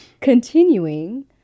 Continuing